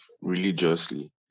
religiously